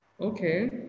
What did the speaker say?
Okay